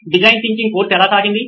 design thinking course ఎలా సాగింది